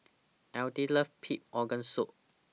Alethea loves Pig Organ Soup